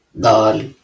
Dal